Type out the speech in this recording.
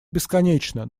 бесконечно